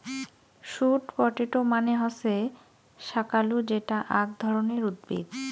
sweet potato মানে হসে শাকালু যেটা আক ধরণের উদ্ভিদ